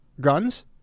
guns